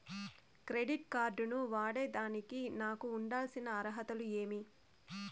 Credit card ను వాడేదానికి నాకు ఉండాల్సిన అర్హతలు ఏమి?